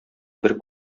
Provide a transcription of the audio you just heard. бер